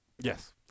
Yes